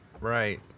right